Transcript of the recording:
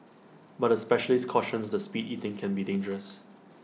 but A specialist cautions the speed eating can be dangerous